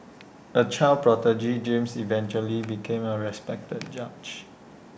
A child prodigy James eventually became A respected judge